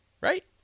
Right